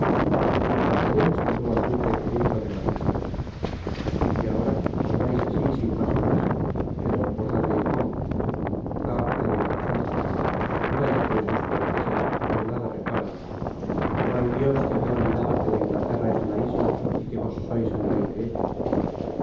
d'artagnan saludó al duque é hizo ademan de salir y ahora os vais asi sin mas ni mas pero por dónde y cómo ah teneis razon vaya con esos franceses en nada reparan como hay dios que habia olvidado que la inglaterra es una ista y que vos sois el rey de ella